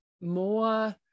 more